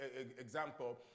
example